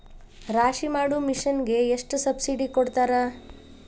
ರಾಶಿ ಮಾಡು ಮಿಷನ್ ಗೆ ಎಷ್ಟು ಸಬ್ಸಿಡಿ ಕೊಡ್ತಾರೆ?